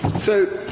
so,